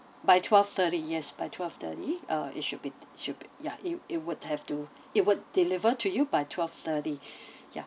by twelve thirty yes by twelve thirty uh it should be should be ya it it would have to it would deliver to you by twelve thirty ya